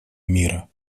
мира